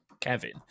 Kevin